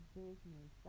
business